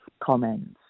comments